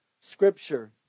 scripture